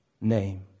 name